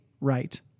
right